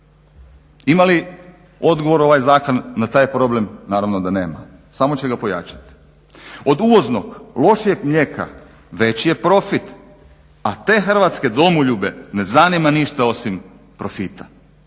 Ima li odgovor ovaj zakon na taj problem, naravno da nema, samo će ga pojačati. Od uvoznog lošijeg mlijeka veći je profit, a te hrvatske domoljube ne zanima ništa osim profita.